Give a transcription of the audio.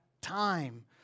time